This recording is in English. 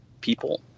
people